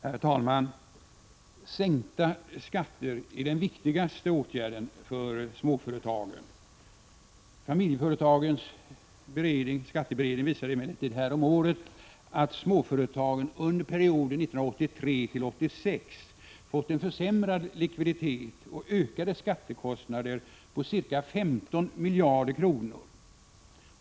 Herr talman! Sänkta skatter är den viktigaste åtgärden för småföretagen. Familjeföretagens skatteberedning visade emellertid häromåret att småföretagen under perioden 1983-1986 fått en försämrad likviditet och ökade skattekostnader på ca 15 miljarder kronor.